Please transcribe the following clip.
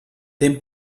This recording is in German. dem